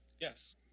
Yes